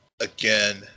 again